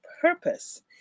purpose